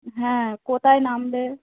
হ্যাঁ কোথায় নামলে